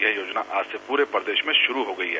यह योजना आज से पूरे प्रदेश में शुरू हो गई है